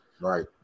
Right